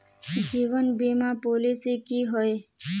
जीवन बीमा पॉलिसी की होय?